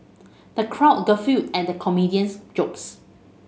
the crowd guffawed at the comedian's jokes